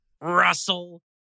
Russell